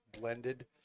blended